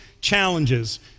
challenges